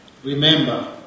Remember